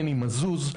מני מזוז.